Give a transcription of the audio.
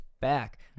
back